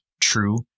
true